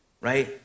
right